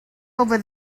over